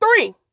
three